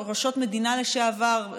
ראשות מדינה לשעבר,